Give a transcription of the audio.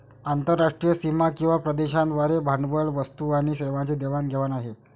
आंतरराष्ट्रीय सीमा किंवा प्रदेशांद्वारे भांडवल, वस्तू आणि सेवांची देवाण घेवाण आहे